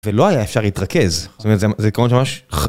ולא היה אפשר להתרכז, זאת אומרת זה עיקרון שממש